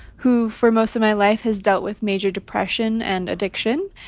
who, for most of my life, has dealt with major depression and addiction.